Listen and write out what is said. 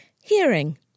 hearing